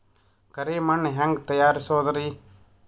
ಕರಿ ಮಣ್ ಹೆಂಗ್ ತಯಾರಸೋದರಿ?